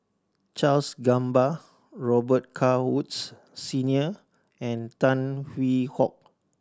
Charles Gamba Robet Carr Woods Senior and Tan Hwee Hock